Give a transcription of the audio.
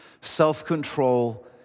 self-control